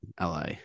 LA